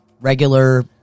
regular